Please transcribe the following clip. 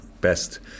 best